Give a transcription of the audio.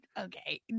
Okay